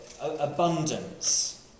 abundance